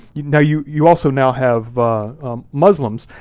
you know you you also now have muslims,